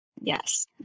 yes